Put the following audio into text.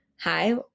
Hi